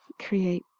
create